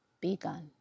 begun